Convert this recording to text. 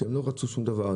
הם לא רצו שום דבר,